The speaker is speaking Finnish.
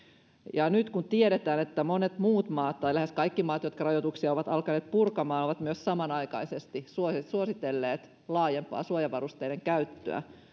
ja nyt kun tiedetään että monet muut maat tai lähes kaikki maat jotka rajoituksia ovat alkaneet purkamaan ovat samanaikaisesti myös suositelleet laajempaa suojavarusteiden käyttöä